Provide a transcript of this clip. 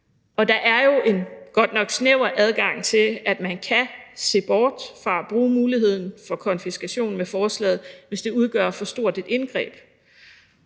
med forslaget en godt nok snæver adgang til, at man kan se bort fra at bruge muligheden for konfiskation, hvis det udgør for stort et indgreb,